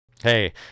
Hey